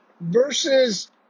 versus